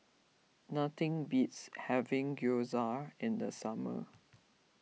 nothing beats having Gyoza in the summer